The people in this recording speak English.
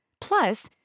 Plus